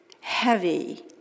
heavy